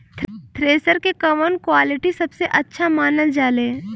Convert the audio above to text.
Thresher के कवन quality सबसे अच्छा मानल जाले?